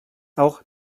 auch